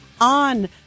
on